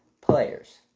players